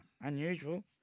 Unusual